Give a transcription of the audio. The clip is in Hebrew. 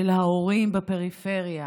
של ההורים בפריפריה,